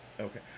Okay